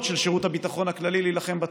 של שירות הביטחון הכללי להילחם בטרור.